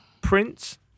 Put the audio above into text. Prince